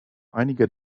einige